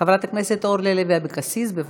חברת הכנסת אורלי לוי אבקסיס, בבקשה,